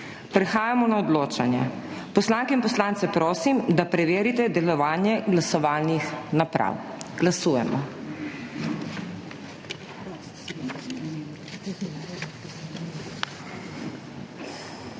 Prehajamo na odločanje. Poslanke in poslance prosim, da preverite delovanje glasovalnih naprav. Glasujemo.